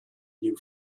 new